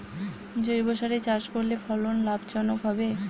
জৈবসারে চাষ করলে ফলন লাভজনক হবে?